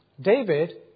David